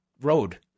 road